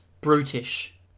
brutish